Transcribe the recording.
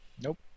Nope